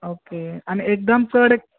okay आनी एकदम चड